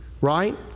right